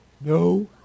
no